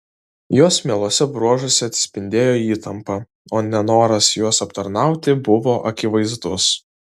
jos mieluose bruožuose atsispindėjo įtampa o nenoras juos aptarnauti buvo akivaizdus